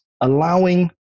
allowing